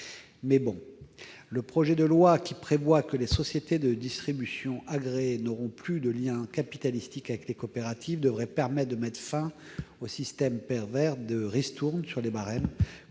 dispositions du projet de loi prévoyant que les sociétés de distribution agréées n'auront plus de liens capitalistiques avec les coopératives devraient permettre de mettre fin au système pervers de ristournes sur les barèmes